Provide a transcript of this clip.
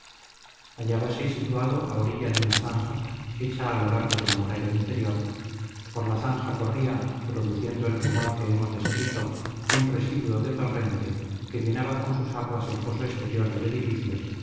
muro hallábase situado a orilla de una zanja hecha a lo largo de la muralla interior por la zanja corría produciendo el rumor que hemos descrito un residuo del torrente que llenaba con sus aguas el foso exterior del edificio